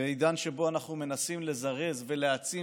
בעידן שבו אנחנו מנסים לזרז ולהעצים